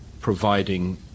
providing